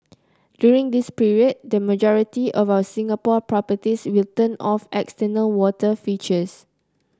during this period the majority of our Singapore properties will turn off external water features